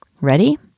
Ready